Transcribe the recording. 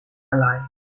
alive